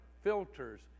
filters